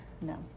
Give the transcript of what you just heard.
No